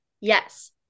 Yes